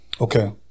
Okay